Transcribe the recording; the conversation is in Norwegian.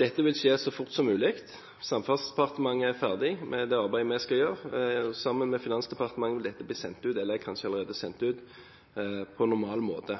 Dette vil skje så fort som mulig. I Samferdselsdepartementet er vi ferdig med det arbeidet vi skal gjøre. Sammen med Finansdepartementet vil vi få dette sendt ut – eller det er kanskje allerede sendt ut – på normal måte.